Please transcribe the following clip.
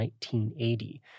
1980